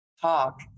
talk